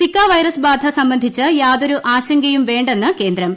Zika virus ബാധ സംബന്ധിച്ച് യാതൊരു ആശങ്കയും വേണ്ടെന്ന് കേന്ദ്രം